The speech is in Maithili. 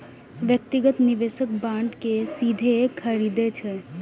व्यक्तिगत निवेशक बांड कें सीधे खरीदै छै